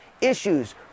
issues